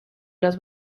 los